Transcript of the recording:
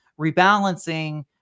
rebalancing